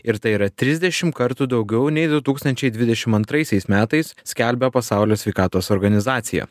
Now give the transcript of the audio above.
ir tai yra trisdešim kartų daugiau nei du tūkstančiai dvidešim antraisiais metais skelbia pasaulio sveikatos organizacija